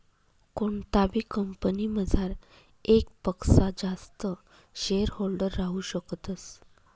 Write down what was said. कोणताबी कंपनीमझार येकपक्सा जास्त शेअरहोल्डर राहू शकतस